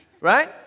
right